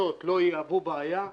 מכסות לא יהוו בעיה,